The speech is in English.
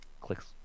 clicks